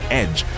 edge